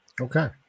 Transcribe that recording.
Okay